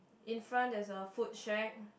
in front there's a food shack